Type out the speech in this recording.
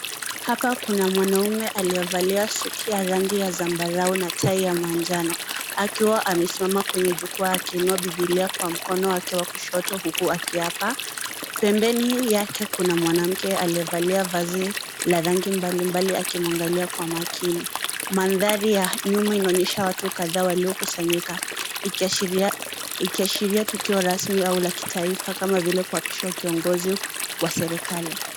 Hapa kuna mwanume aliyevalia suti ya rangi ya zambarau na tai ya manjano, akiwa amesimama kwenye jukwaa akiinua bibilia kwa mkono wake wa kushoto huku akiapa, penmbeni yake kuna mwanamke aliyevalia vazi la rangi mbalimbali akimuangalia kwa makini, mandhari ya nyuma inaonyesha watu kadhaa waliokusanyika ikiashiria tukio rasmi au la kitaifa kama vile kuapishwa kiongozi wa serikali.